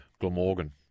Glamorgan